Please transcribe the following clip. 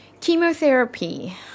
chemotherapy